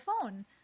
phone